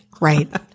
Right